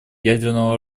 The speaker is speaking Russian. ядерного